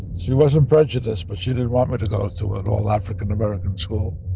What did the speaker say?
she wasn't prejudiced, but she didn't want me to go to an all-african american school